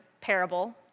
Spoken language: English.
parable